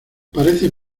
parece